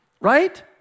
Right